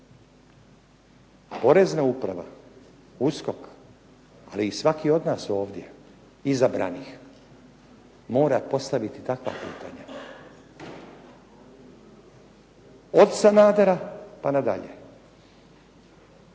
Porezna uprava, USKOK, ali i svaki od nas ovdje izabranih mora postaviti takva pitanja. Od Sanadera pa na dalje.